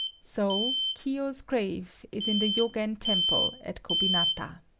so kiyo's grave is in the yogen temple at kobinata.